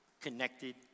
connected